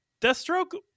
Deathstroke